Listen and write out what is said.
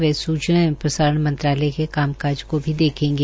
वह सूचना एवं प्रसारण मंत्रालय के कामकाज को भी देखेंगे